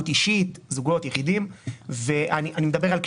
מדובר בצעד מאוד מאוד מבורך של העלאת הסיוע בשכר